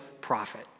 profit